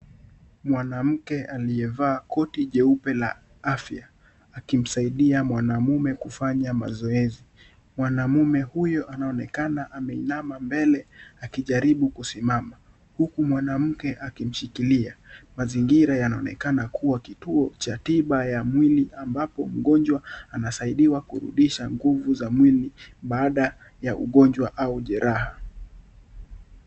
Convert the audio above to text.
Mwanamke aliyevaa koti jeupe la afya akimsaidia mwanaume kufanya mazoezi ,mwanaume huyo anaonekana ameinama mbele akijaribu kusimama huku mwanamke akimshikilia. Mazingira yanaonekana kuwa kituo cha tiba ya mwili ambapo mgonjwa anasaidiwa kurudisha nguvu za mwili baada ya ugonjwa au jeraha.